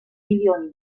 milioni